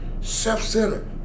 self-centered